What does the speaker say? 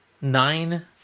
nine